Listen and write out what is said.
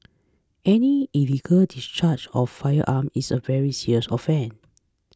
any illegal discharge of firearms is a very serious offence